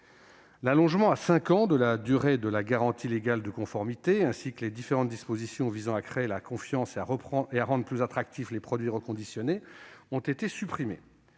L'allongement à cinq ans de la durée de la garantie légale de conformité ainsi que les différentes dispositions visant à créer la confiance et à rendre plus attractifs les produits reconditionnés ont été supprimés.